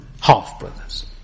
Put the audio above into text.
half-brothers